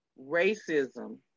racism